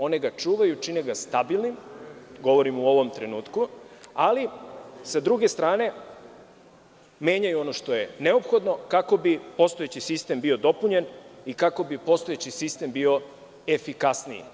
One ga čuvaju, čine ga stabilnim, govorim o ovom trenutku, ali, s druge strane, menjaju ono što je neophodno kako bi postojeći sistem bio dopunjen i kako bi postojeći sistem bio efikasniji.